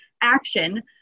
action